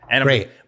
Great